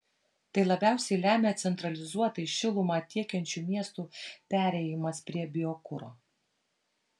tai labiausiai lemia centralizuotai šilumą tiekiančių miestų perėjimas prie biokuro